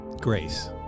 Grace